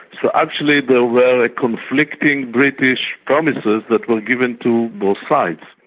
so actually they were conflicting british promises that were given to both sides.